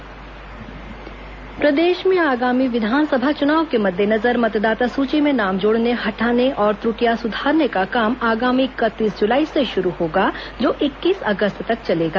संक्षिप्त पुनरीक्षण प्रदेश में आगामी विधानसभा चुनाव के मद्देनजर मतदाता सूची में नाम जोड़ने हटाने और त्रुटियां सुधारने का काम आगामी इकतीस जुलाई से शुरू होगा जो इक्कीस अगस्त तक चलेगा